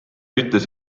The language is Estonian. ütles